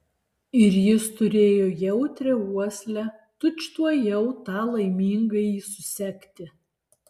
ir jis turėjo jautrią uoslę tučtuojau tą laimingąjį susekti